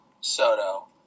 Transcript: Soto